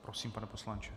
Prosím, pane poslanče.